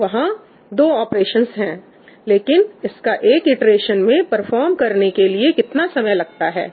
तो वहां दो ऑपरेशंस हैं लेकिन इसको एक इटरेशन में परफॉर्म करने के लिए कितना समय लगता है